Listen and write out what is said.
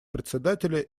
председателя